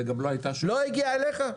הוא לא הגיע אליך?